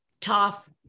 tough